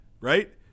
right